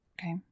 Okay